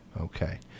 okay